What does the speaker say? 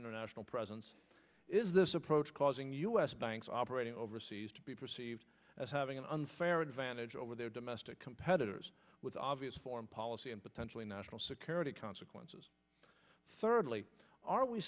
international presence is this approach causing u s banks operating overseas to be perceived as having an unfair advantage over their domestic competitors with obvious foreign policy and potentially national security consequences thirdly are we